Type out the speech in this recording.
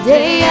Day